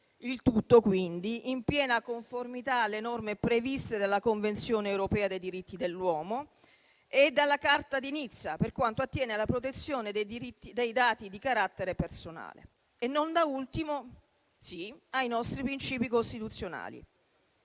il tutto quindi in piena conformità alle norme previste dalla Convenzione europea dei diritti dell'uomo e dalla Carta di Nizza per quanto attiene alla protezione dei diritti dei dati di carattere personale e, non da ultimo, ai nostri princìpi costituzionali.